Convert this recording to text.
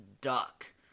duck